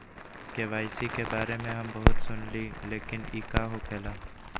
KYC के बारे में हम बहुत सुनीले लेकिन इ का होखेला?